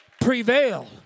prevail